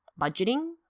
budgeting